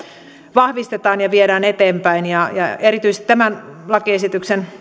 vahvistetaan ja viedään eteenpäin tämän lakiesityksen